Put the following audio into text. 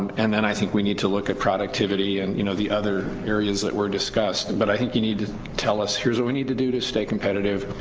and then i think we need to look at productivity, and you know the other areas that were discussed, but i think you need to tell us, here's what we need to do to stay competitive,